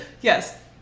yes